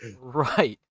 right